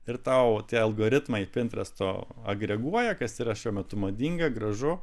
ir tau tie algoritmai pintresto agreguoja kas yra šiuo metu madinga gražu